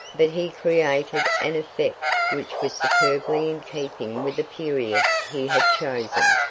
but he created an effect which was superbly in keeping with the period he had chosen.